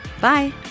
Bye